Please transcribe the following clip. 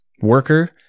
worker